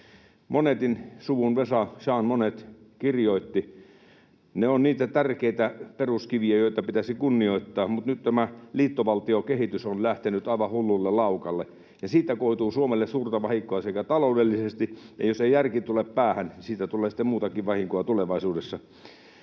Monnet’n suvun vesa Jean Monnet kirjoitti, on niitä tärkeitä peruskiviä, joita pitäisi kunnioittaa. Mutta nyt tämä liittovaltiokehitys on lähtenyt aivan hullulle laukalle, ja siitä koituu Suomelle suurta vahinkoa taloudellisesti, ja jos ei järki tule päähän, niin siitä tulee sitten muutakin vahinkoa tulevaisuudessa.